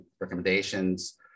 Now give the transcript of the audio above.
recommendations